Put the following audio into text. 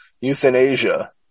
euthanasia